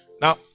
Now